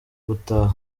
gutaha